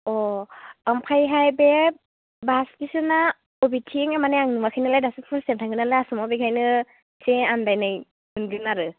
ओमफायहाय बे बास स्टेसनआ अबेथिं मानि आं नुवाखै नालाय दासो पार्स्ट थाइम थांगोन नालाय आसामआव बेखायनो एसे आनदायनाय मोनगोन आरो